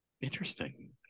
Interesting